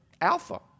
Alpha